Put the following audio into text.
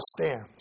stands